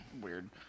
weird